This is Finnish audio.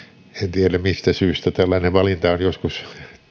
tiedä mistä syystä tällainen valinta on joskus